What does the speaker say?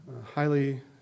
highly